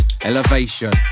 Elevation